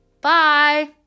Bye